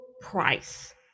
price